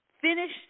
finished